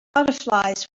butterflies